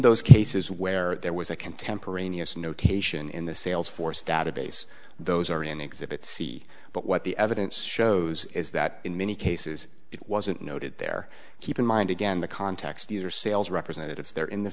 those cases where there was a contemporaneous notation in the sales force database those are in exhibit c but what the evidence shows is that in many cases it wasn't noted there keep in mind again the context either sales representatives there in the